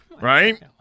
right